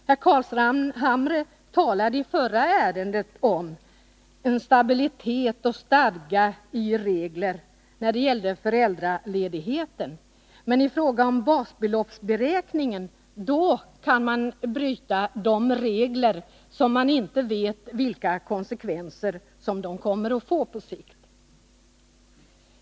Herr Carlshamre talade i det förra ärendet om behovet av stadga i regler som gällde föräldraledigheten, men i fråga om basbeloppsberäkningen är man beredd att bryta de regler vars konsekvenser på sikt man inte känner till.